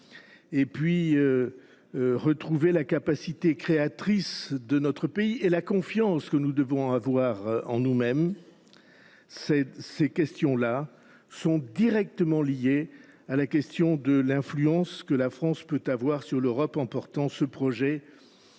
retrouver la capacité créatrice de notre pays et la confiance que nous devons avoir en nous mêmes – sont directement liées à la capacité d’influence que la France peut avoir sur l’Europe en portant un projet